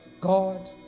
God